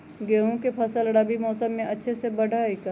गेंहू के फ़सल रबी मौसम में अच्छे से बढ़ हई का?